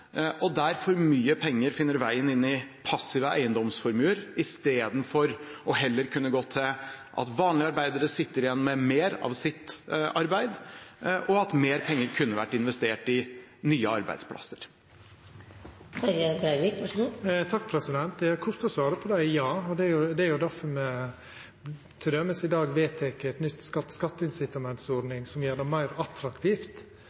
skattesystem, der det omfordeles for lite, og der for mye penger finner veien inn i passive eiendomsformuer i stedet for heller å kunne gå til at vanlige arbeidere sitter igjen med mer av sitt arbeid, og at mer penger kunne vært investert i nye arbeidsplasser? Det korte svaret på det er ja, og det er difor me i dag